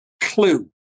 clue